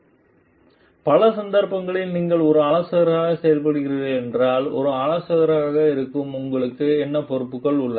போலவே பல சந்தர்ப்பங்களில் நீங்கள் ஒரு ஆலோசகராக செயல்படுகிறீர்கள் என்றால் ஒரு ஆலோசகராக உங்களுக்கு இருக்கும் பொறுப்புகளும் என்ன